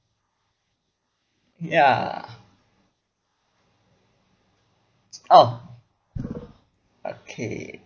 ya oh okay